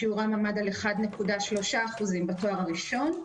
שיעורם עמד על 1.3% בתואר הראשון.